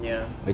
ya